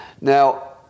Now